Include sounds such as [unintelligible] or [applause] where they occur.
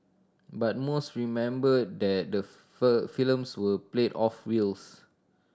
but most remember that the [unintelligible] films were played off reels